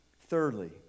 Thirdly